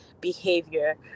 behavior